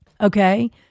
okay